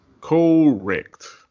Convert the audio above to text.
Correct